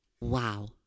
Wow